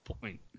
point